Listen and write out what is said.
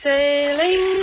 Sailing